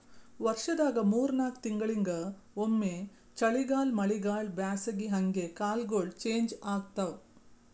ವರ್ಷದಾಗ್ ಮೂರ್ ನಾಕ್ ತಿಂಗಳಿಂಗ್ ಒಮ್ಮ್ ಚಳಿಗಾಲ್ ಮಳಿಗಾಳ್ ಬ್ಯಾಸಗಿ ಹಂಗೆ ಕಾಲ್ಗೊಳ್ ಚೇಂಜ್ ಆತವ್